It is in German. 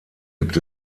gibt